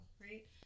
right